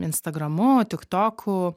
instagramu tik toku